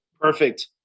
Perfect